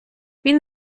він